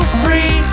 free